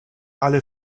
alle